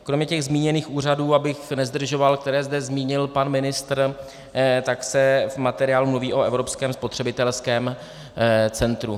Kromě těch zmíněných úřadů, abych nezdržoval, které zde zmínil pak ministr, se v materiálu mluví o Evropském spotřebitelském centru.